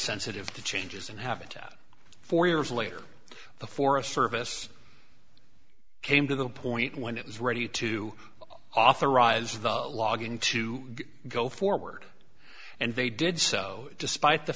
sensitive to changes in habitat four years later the forest service came to the point when it was ready to authorize the logging to go forward and they did so despite the